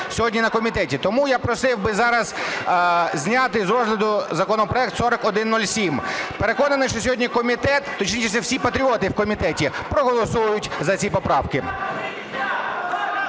Тому я просив би зараз зняти з розгляду законопроект 4107. Переконаний, що сьогодні комітет, точніше, всі патріоти в комітеті проголосують за ці поправки.